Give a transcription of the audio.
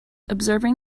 observing